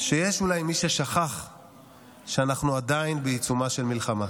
שיש אולי מי ששכח שאנחנו עדיין בעיצומה של מלחמה.